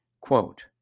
Quote